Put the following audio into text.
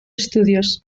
estudios